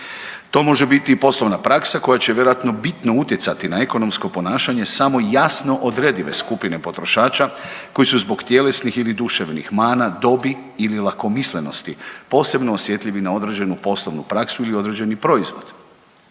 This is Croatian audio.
To može biti i poslovna praksa koja će vjerojatno bitno utjecati na ekonomsko ponašanje samo jasno odredive skupine potrošača koji su zbog tjelesnih ili duševnih mana, dobi ili lakomislenosti posebno osjetljivi na određenu poslovnu praksu ili određeni proizvod